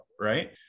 right